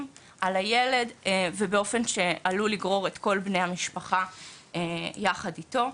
על הילד באופן שעלול לגרור את כל בני המשפחה יחד איתו.